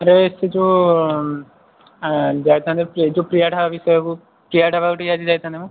ଆରେ ସେ ଯୋଉ ଆଁ ଯାଇଥାନ୍ତେ ଯୋଉ ପ୍ରିୟା ଢାବା ପ୍ରିୟା ଢାବା କୁ ଟିକେ ଆଜି ଯାଇଥାନ୍ତେ ମ